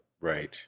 Right